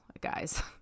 guys